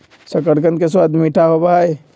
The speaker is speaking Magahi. शकरकंदवा के स्वाद मीठा होबा हई